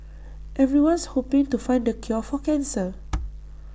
everyone's hoping to find the cure for cancer